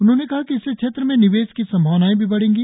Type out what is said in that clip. उन्होंने कहा कि इससे क्षेत्र में निवेश की संभावनाएं भी बढेंगी